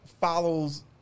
follows